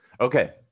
Okay